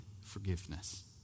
forgiveness